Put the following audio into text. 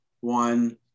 one